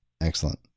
excellent